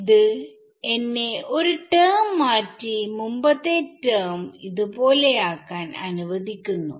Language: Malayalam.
ഇത് എന്നെ ഒരു ടെർമ് മാറ്റിമുമ്പത്തെ ടെർമ് പോലെയാക്കാൻ അനുവദിക്കുന്നു